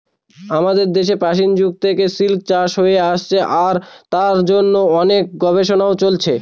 আমাদের দেশে প্রাচীন যুগ থেকে সিল্ক চাষ হয়ে আসছে আর তার জন্য অনেক গবেষণাও চলছে